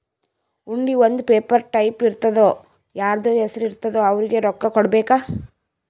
ಹುಂಡಿ ಒಂದ್ paper type ಇರ್ತುದಾ ಯಾರ್ದು ಹೆಸರು ಇರ್ತುದ್ ಅವ್ರಿಗ ರೊಕ್ಕಾ ಕೊಡ್ಬೇಕ್